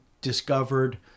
discovered